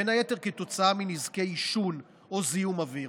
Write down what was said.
בין היתר כתוצאה מנזקי עישון או זיהום אוויר,